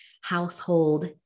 household